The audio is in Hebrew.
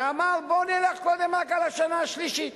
שאמר: בואו נלך קודם רק על השנה השלישית.